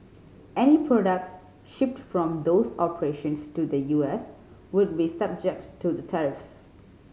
any products shipped from those operations to the U S would be subject to the tariffs